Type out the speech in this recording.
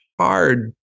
hard